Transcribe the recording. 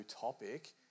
topic